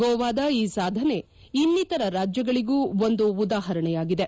ಗೋವಾದ ಈ ಸಾಧನೆ ಇನ್ನಿತರ ರಾಜ್ಬಗಳಿಗೂ ಒಂದು ಉದಾಹರಣೆಯಾಗಿದೆ